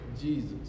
Jesus